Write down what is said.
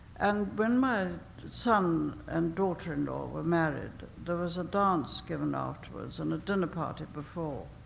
and when my son and daughter-in-law were married, there was a dance given afterwards, and a dinner party before.